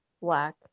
black